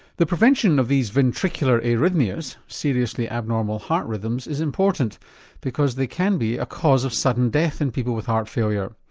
the prevention of these ventricular arrhythmias seriously abnormal heart rhythms is important because they can be a cause of sudden death in people with heart failure.